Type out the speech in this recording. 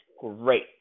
great